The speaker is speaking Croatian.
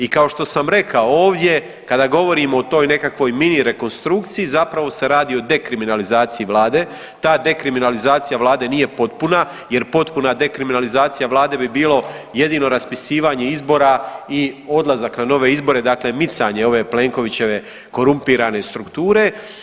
I kao što sam rekao, ovdje kada govorimo o toj nekakvoj mini rekonstrukciji, zapravo se radi o dekriminalizaciji Vladi, ta dekriminalizacija Vlade nije potpuna jer potpuna dekriminalizacija Vlade bi bilo jedino raspisivanje izbora i odlazak na nove izbore dakle micanje ove Plenkovićeve korumpirane strukture.